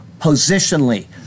positionally